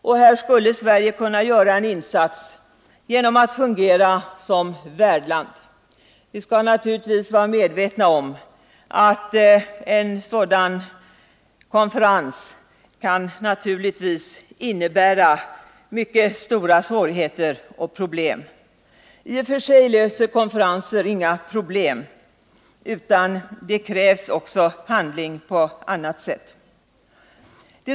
Sverige skulle kunna göra en insats genom att fungera såsom värdland. Vi skall dock naturligtvis vara medvetna om att en sådan konferens kan innebära mycket stora svårigheter och problem. Konferenser löser i och för sig inga problem, utan det krävs även handling på annat sätt.